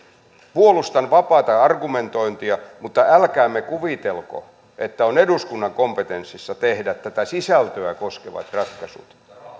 puolustan vapaata argumentointia mutta älkäämme kuvitelko että on eduskunnan kompetenssissa tehdä tätä sisältöä koskevat ratkaisut